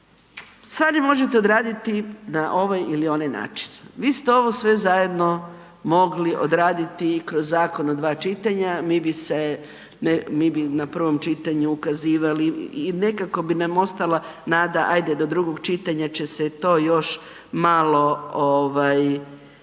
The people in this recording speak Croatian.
sada je možete odraditi na ovaj ili onaj način. Vi ste ovo sve zajedno mogli odraditi kroz zakon od dva čitanja, mi bi na prvom čitanju ukazivali i nekako bi nam ostala nada, ajde do drugog čitanja će se to još malo